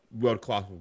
world-class